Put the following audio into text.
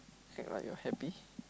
act like you're happy